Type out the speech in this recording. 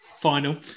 final